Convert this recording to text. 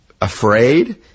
afraid